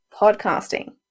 podcasting